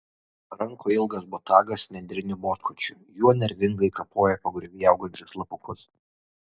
rankoje ilgas botagas nendriniu botkočiu juo nervingai kapoja pagriovy augančius lapukus